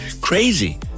crazy